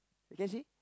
you can see